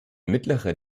mittlere